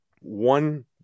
one